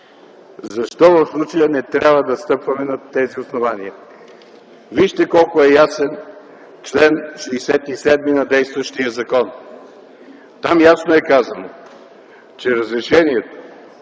Защо в случая не трябва да стъпваме на тези основания? Вижте колко е ясен чл. 67 на действащия закон. Там ясно е казано, че разрешението,